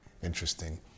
Interesting